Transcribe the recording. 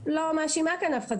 לא מאשימה כאן אף אחד,